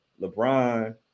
LeBron